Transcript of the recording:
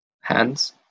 hands